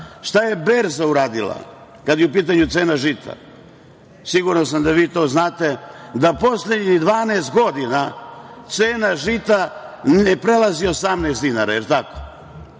je berza uradila kada je u pitanju cena žita? Siguran sam da vi to znate, da poslednjih 12 godina cena žita ne prelazi 18 dinara, jel tako?